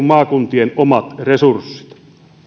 maakuntien omat resurssit